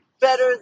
better